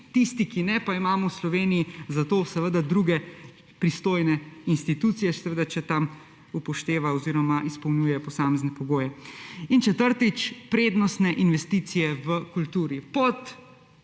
tistega, ki ne, pa imamo v Sloveniji druge pristojne institucije, seveda če tam upošteva oziroma izpolnjuje posamezne pogoje. Četrtič. Prednostne investicije v kulturi.